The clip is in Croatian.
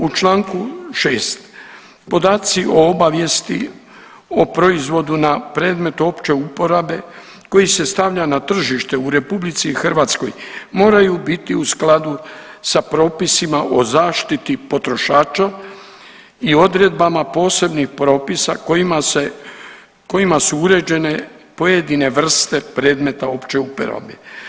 U čl. 6., podaci o obavijesti o proizvodu na predmetu opće uporabe koji se stavlja na tržište u RH moraju biti u skladu sa propisima o zaštiti potrošača i odredbama posebnih propisa kojima se, kojima su uređene pojedine vrsta predmeta opće uporabe.